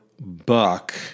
Buck